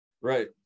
Right